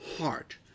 heart